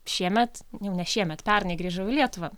šiemet jau ne šiemet pernai grįžau į lietuvą